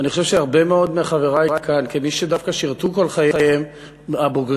ואני חושב שהרבה מאוד מחברי כאן כמי שדווקא שירתו כל חייהם הבוגרים,